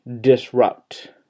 disrupt